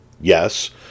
Yes